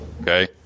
Okay